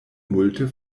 multe